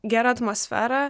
gera atmosfera